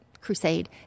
crusade